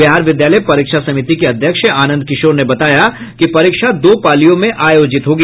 बिहार विद्यालय परीक्षा समिति के अध्यक्ष आनंद किशोर ने बताया कि परीक्षा दो पालियों में आयोजित होगी